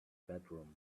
bedroom